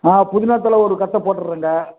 ஆ புதினாத் தலை ஒரு கட்டு போட்டுடுறேங்க